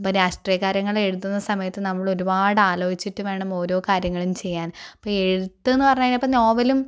അപ്പോൾ രാഷ്ട്രീയകാര്യങ്ങൾ എഴുതുന്ന സമയത്ത് നമ്മൾ ഒരുപാട് ആലോചിച്ചിട്ട് വേണം ഓരോ കാര്യങ്ങളും ചെയ്യാൻ ഇപ്പോൾ എഴുത്ത് എന്ന് പറഞ്ഞു കഴിഞ്ഞാൽ ഇപ്പോൾ നോവലും